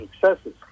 successes